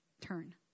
turn